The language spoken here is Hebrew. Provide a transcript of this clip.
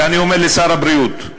ואני אומר לשר הבריאות: